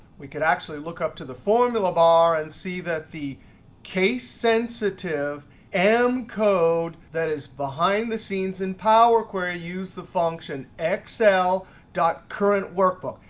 we could actually look up to the formula bar and see that the case sensitive m code that is behind the scenes in power query used the function excel dot current workbook.